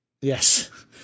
Yes